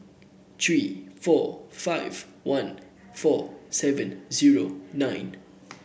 three four five one four seven zero nine